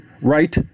right